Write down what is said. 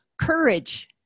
courage